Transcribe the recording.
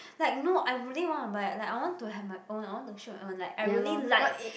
like no I really want to buy like I want to have my own I want to shoot my own I really like